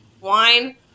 Wine